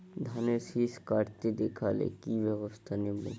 ধানের শিষ কাটতে দেখালে কি ব্যবস্থা নেব?